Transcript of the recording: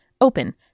Open